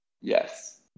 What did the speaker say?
yes